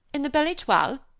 in the belle etoile?